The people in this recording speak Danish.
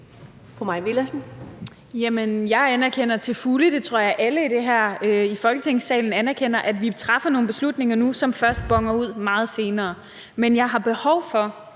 (EL): Jamen jeg anerkender til fulde, og det tror jeg alle her i Folketingssalen anerkender, at vi træffer nogle beslutninger nu, som først boner ud meget senere. Men for at være